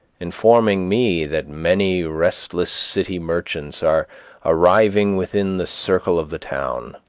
informing me that many restless city merchants are arriving within the circle of the town,